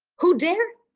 who dare?